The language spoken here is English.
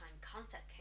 concept